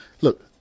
Look